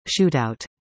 shootout